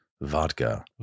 Vodka